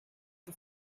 the